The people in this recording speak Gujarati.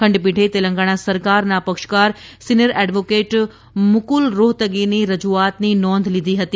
ખંડપીઠે તેલંગાણા સરકારના પક્ષકાર સિનિયર એડવોકેટ મુકુલ રોહતગીની રજૂઆતની નોંધ લીધી હતી